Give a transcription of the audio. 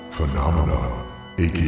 Phenomena